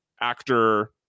actor